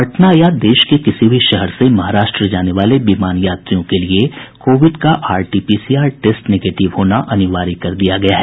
पटना या देश के किसी भी शहर से महाराष्ट्र जाने वाले विमान यात्रियों के लिये कोविड का आरटीपीसीआर टेस्ट निगेटिव होना अनिवार्य कर दिया गया है